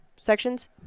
sections